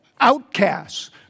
outcasts